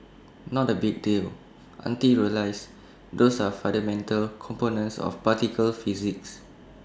not A big deal until you realise those are fundamental components of particle physics